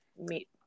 meet